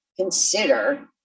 consider